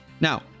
now